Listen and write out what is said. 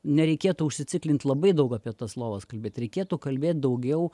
nereikėtų užsiciklint labai daug apie tas lovas kalbėt reikėtų kalbėt daugiau